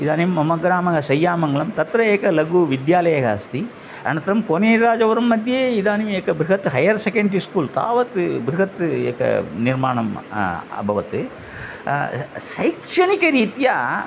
इदानीं मम ग्रामः सैय्यामङ्गळं तत्र एकः लघु विद्यालयः अस्ति अनन्तरं कोनेर्राजवुरंमध्ये इदानीम् एकं बृहत् हैयर् सेकण्ड्रि स्कूल् तावत् बृहत् एकं निर्माणम् अभवत् शैक्षणिकरीत्या